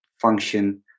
function